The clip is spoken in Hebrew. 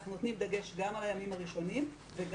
אנחנו נותנים דגש גם על הימים הראשונים וגם